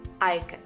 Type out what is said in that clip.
icon